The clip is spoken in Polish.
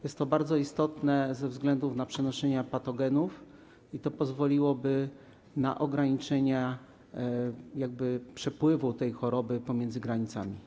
Jest to bardzo istotne ze względu na przenoszenie patogenów i to pozwoliłoby na ograniczenie przepływu tej choroby pomiędzy granicami.